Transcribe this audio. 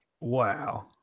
Wow